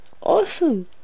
Awesome